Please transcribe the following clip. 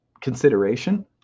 consideration